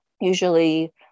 usually